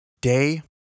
Day